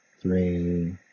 three